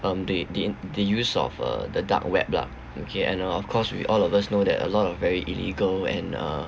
um the the in~ the use of uh the dark web lah okay and of course we all of us know that a lot of very illegal and uh